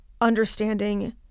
understanding